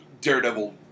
Daredevil